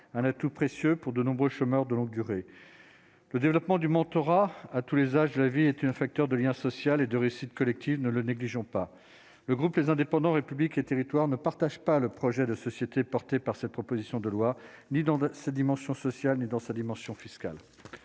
un atout précieux pour de nombreux chômeurs de longue durée, le développement du mentorat à tous les âges de la vie est un facteur de lien social et de réussite collective ne le négligeons pas le groupe, les indépendants républiques et territoires ne partage pas le projet de société, porté par cette proposition de loi ni dans sa dimension sociale, mais dans sa dimension fiscale.